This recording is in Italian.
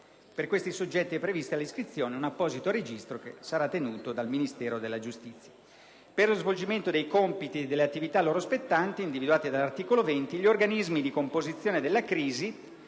Per questi soggetti è prevista l'iscrizione in un apposito registro che sarà tenuto presso il Ministero della giustizia. Per lo svolgimento dei compiti e delle attività loro spettanti, individuati dall'articolo 20, gli organismi di composizione della crisi,